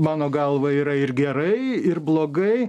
mano galva yra ir gerai ir blogai